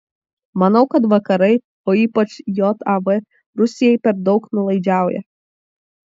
manau kad vakarai o ypač jav rusijai per daug nuolaidžiauja